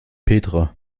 petra